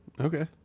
Okay